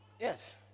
Yes